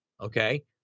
okay